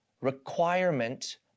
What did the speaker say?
requirement